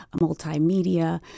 multimedia